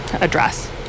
address